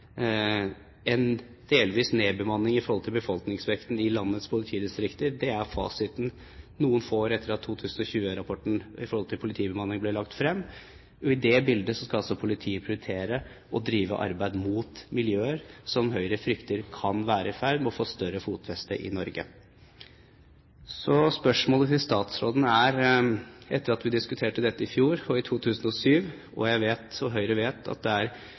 en delvis nedbemanning i forhold til befolkningsveksten i landets politidistrikter, er fasiten noen få år etter at 2020-rapporten om politibemanningen ble lagt frem. I det bildet skal altså politiet prioritere å drive arbeid mot miljøer som Høyre frykter kan være i ferd med å få større fotfeste i Norge. Så spørsmålet til statsråden er: Etter at vi diskuterte dette i fjor og i 2007 – og jeg vet, og Høyre vet, at det er